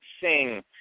sing